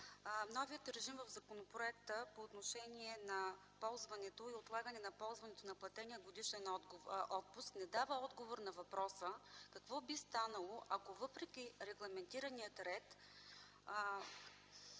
Новият режим в законопроекта по отношение на ползването и отлагане на ползването на платения годишен отпуск не дава отговор на въпроса какво би станало, ако въпреки регламентирания ред